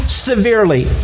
severely